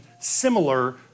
similar